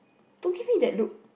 don't give me that look